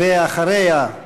ואחריה,